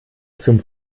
zum